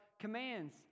commands